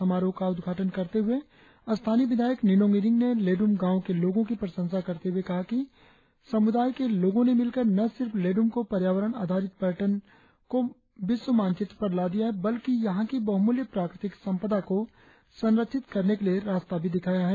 समारोह का उद्घाटन करते हुए स्थानीय विधायक निनोंग ईरिंग ने लेडुम गाव के लोगों की प्रशंसा करते हुए कहा कि समुदाय के लोगों ने मिलकर न सिर्फ लेड्म को पर्यावरण आधारित पर्यटन को विश्व मानचित्र पर ला दिया है बल्कि यहां की बहुमुल्य प्राकृतिक संपदा को संरक्षित करने के लिए रास्ता भी दिखाया है